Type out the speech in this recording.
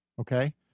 Okay